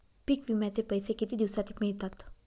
पीक विम्याचे पैसे किती दिवसात मिळतात?